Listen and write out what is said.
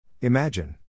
Imagine